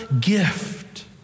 gift